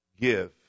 Give